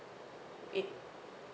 it